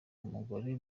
umugore